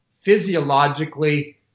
physiologically